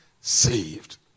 saved